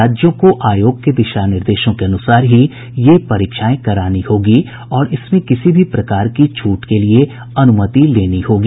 राज्यों को आयोग के दिशा निर्देशों के अनुसार ही ये परीक्षाएं करानी होगी और इसमें किसी भी प्रकार की छूट के लिए अनुमति लेनी होगी